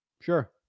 sure